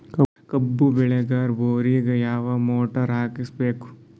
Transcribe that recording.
ಕಬ್ಬು ಬೇಳದರ್ ಬೋರಿಗ ಯಾವ ಮೋಟ್ರ ಹಾಕಿಸಬೇಕು?